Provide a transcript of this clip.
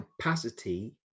capacity